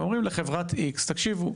ואומרים לחברת X, תקשיבו,